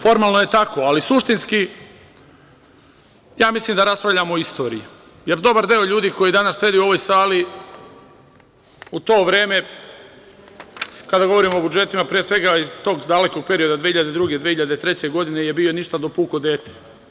Formalno je tako, ali suštinski ja mislim da raspravljamo o istoriji, jer dobar deo ljudi koji danas sedi u ovoj sali u to vreme kada govorimo o budžetima, pre svega iz tog dalekog perioda 2002. i 2003. godine, je bio ništa do puko dete.